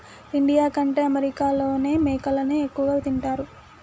India కంటే అమెరికాలోనే మేకలని ఎక్కువ తింటారు